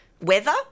weather